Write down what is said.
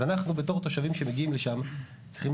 אז אנחנו בתור תושבים שמגיעים לשם צריכים,